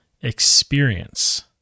experience